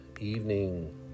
evening